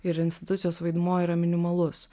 ir institucijos vaidmuo yra minimalus